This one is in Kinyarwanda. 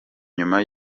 nyuma